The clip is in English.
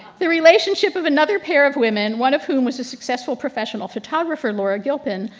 the relationship of another pair of women, one of whom was a successful professional photographer, laura gilpin,